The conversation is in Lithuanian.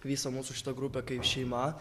vis mūsų šita grupė kaip šeima